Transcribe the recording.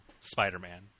spider-man